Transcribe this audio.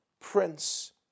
prince